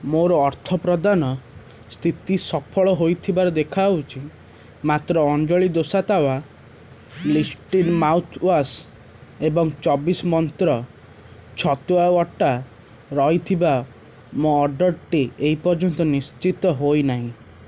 ମୋର ଅର୍ଥପ୍ରଦାନ ସ୍ଥିତି ସଫଳ ହୋଇଥିବାର ଦେଖାଉଛି ମାତ୍ର ଅଞ୍ଜଳି ଦୋସା ତାୱା ଲିଷ୍ଟରିନ୍ ମାଉଥ୍ୱାଶ୍ ଏବଂ ଚବିଶ ମନ୍ତ୍ର ଛତୁଆ ଅଟା ରହିଥିବା ମୋ ଅର୍ଡ଼ର୍ଟି ଏପର୍ଯ୍ୟନ୍ତ ନିଶ୍ଚିତ ହୋଇନାହିଁ